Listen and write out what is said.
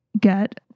get